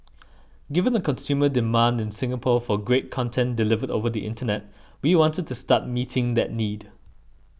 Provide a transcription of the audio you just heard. given the consumer demand in Singapore for great content delivered over the Internet we wanted to start meeting that need